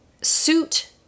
suit